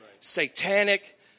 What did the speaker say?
satanic